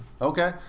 Okay